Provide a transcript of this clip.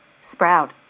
Sprout